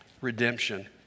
redemption